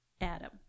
Adam